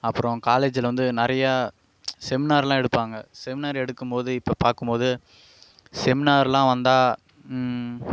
அப்றம் காலேஜில் வந்து நிறையா செமினார்லாம் எடுப்பாங்க செமினார் எடுக்கும் போது இப்போ பார்க்கும் போது செமினார்லாம் வந்தால்